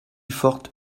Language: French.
fortes